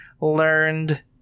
learned